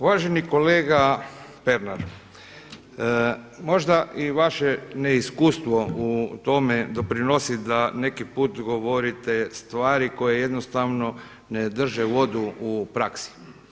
Uvaženi kolega Pernar, možda i vaše neiskustvo u tome doprinosi da neki put govorite stvari koje jednostavno ne drže vodu u praksi.